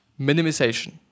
Minimization